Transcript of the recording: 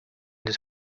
this